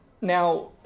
Now